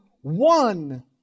one